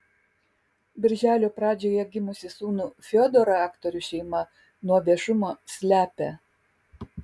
birželio pradžioje gimusį sūnų fiodorą aktorių šeima nuo viešumo slepia